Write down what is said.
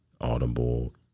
Audible